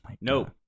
No